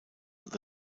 the